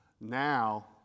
Now